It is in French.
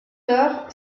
heures